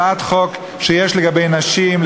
הצעת חוק שיש כמוה לגבי נשים,